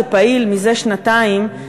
שפעיל מזה שנתיים,